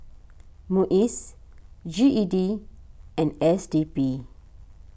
Muis G E D and S D P